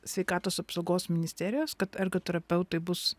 sveikatos apsaugos ministerijos kad ergoterapeutai bus